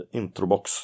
introbox